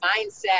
mindset